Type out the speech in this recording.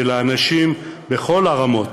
לאנשים בכל הרמות